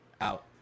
out